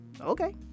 okay